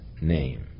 name